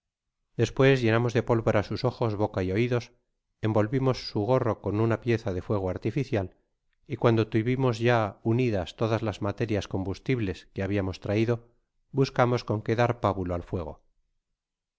despues llenamos de pólvora sus ojos boca y oidos envolvimos su gorro m una pieza de fuego artificial y cuando tuvimos ya reunidas todas las materias combustibles que habiamos tttóio buscamos con qué dar pábulo al fuego